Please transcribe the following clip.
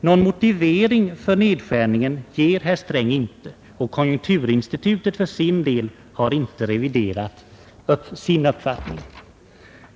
Någon motivering för nedskärningen ger herr Sträng inte, och konjunkturinstitutet för sin del har inte reviderat sin uppfattning.